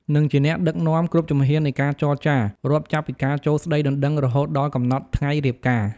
និងជា អ្នកដឹកនាំ គ្រប់ជំហាននៃការចរចា រាប់ចាប់ពីការចូលស្ដីដណ្ដឹងរហូតដល់កំណត់ថ្ងៃរៀបការ។